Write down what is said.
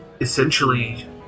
essentially